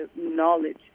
knowledge